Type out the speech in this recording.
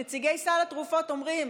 את נציגי סל התרופות אומרים